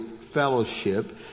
Fellowship